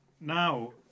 now